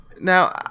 Now